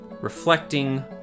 reflecting